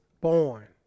born